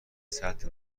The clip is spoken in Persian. سطح